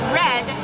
red